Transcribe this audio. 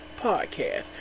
Podcast